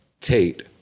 Tate